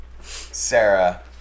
Sarah